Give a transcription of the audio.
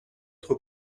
être